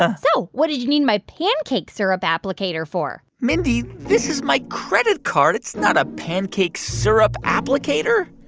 ah so what did you need my pancake-syrup applicator for? mindy, this is my credit card. it's not a pancake-syrup applicator